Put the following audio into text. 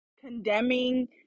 condemning